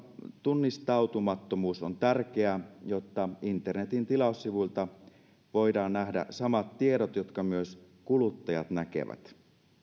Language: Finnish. tunnistautumattomuus on tärkeää jotta internetin tilaussivuilta voidaan nähdä samat tiedot jotka myös kuluttajat näkevät